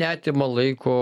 neatima laiko